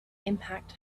impact